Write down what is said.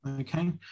Okay